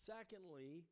Secondly